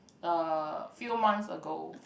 uh few months ago